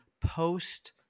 post